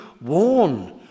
warn